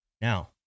now